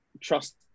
trust